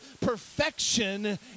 perfection